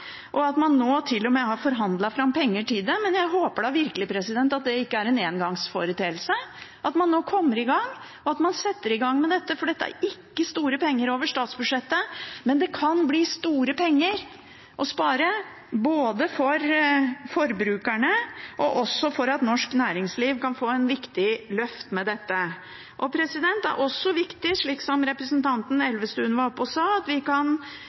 gang, og man nå til og med har forhandlet fram penger til det. Jeg håper virkelig at det ikke er en engangsforeteelse, at man nå kommer i gang, at man setter i gang med dette, for dette er ikke store penger over statsbudsjettet, men det kan bli store penger å spare for forbrukerne, og norsk næringsliv kan få et viktig løft med dette. Det er også viktig, som representanten Elvestuen var oppe her og sa, at vi også kan